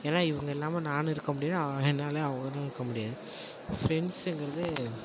ஏன்னா இவங்க இல்லாமல் நான் இருக்க முடியாது என்னாலேயும் அவங்க இல்லாமல் இருக்க முடியாது ஃப்ரண்ட்சுங்கிறது